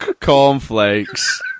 Cornflakes